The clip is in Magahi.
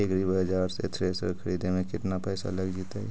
एग्रिबाजार से थ्रेसर खरिदे में केतना पैसा लग जितै?